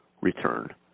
return